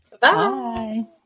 Bye